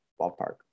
ballpark